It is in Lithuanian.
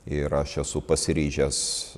ir aš esu pasiryžęs